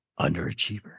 underachiever